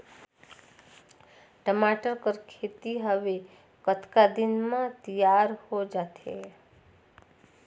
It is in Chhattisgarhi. टमाटर कर खेती हवे कतका दिन म तियार हो जाथे?